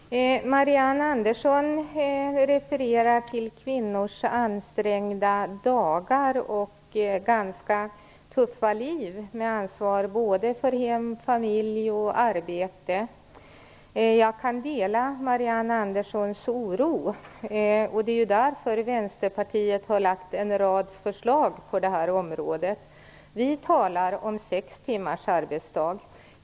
Herr talman! Marianne Andersson refererar till kvinnors ansträngda dagar och ganska tuffa liv med ansvar för hem, familj och arbete. Jag kan dela Marianne Anderssons oro. Det är därför Vänsterpartiet har väckt en rad förslag på det här området. Vi talar om sex timmars arbetsdag.